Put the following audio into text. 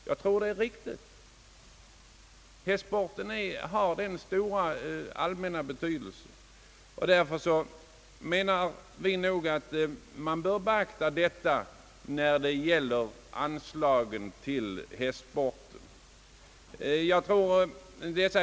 Jag tror att hästsporten har denna stora allmänna betydelse, och det bör man beakta vid anslagsgivningen till hästaveln.